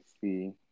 see